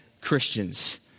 Christians